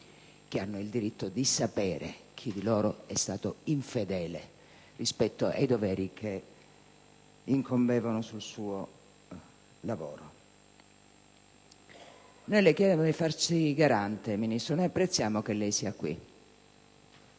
che hanno il diritto di sapere chi di loro è stato infedele rispetto ai doveri che incombevano sul loro lavoro. Le chiedo di farsi garante, signor Ministro. Noi apprezziamo che lei sia qui